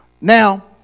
Now